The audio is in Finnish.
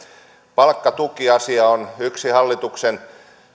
palkkatuki asia on yksi hallituksen